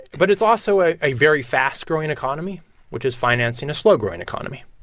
but it's also a a very fast-growing economy which is financing a slow-growing economy.